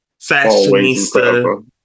fashionista